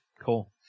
Cool